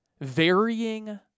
varying